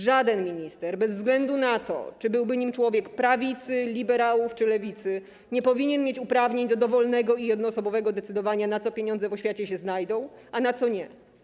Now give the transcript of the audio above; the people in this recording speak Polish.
Żaden minister, bez względu na to, czy byłby nim człowiek prawicy, liberałów czy lewicy, nie powinien mieć uprawnień do dowolnego i jednoosobowego decydowania, na co pieniądze w oświacie się znajdą, a na co nie.